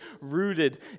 rooted